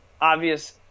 obvious